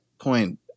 point